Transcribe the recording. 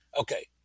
Okay